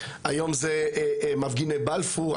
היום זה מפגיני בלפור,